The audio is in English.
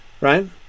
right